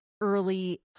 early